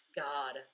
God